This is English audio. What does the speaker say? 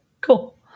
cool